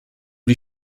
die